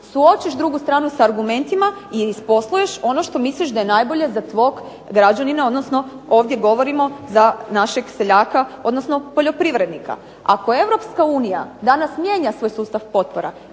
suočiš drugu stranu sa argumentima i isposluješ ono što misliš da je najbolje za tvog građanina, odnosno ovdje govorimo za našeg seljaka odnosno poljoprivrednika. Ako Europska unija danas mijenja svoj sustav potpora